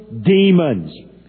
demons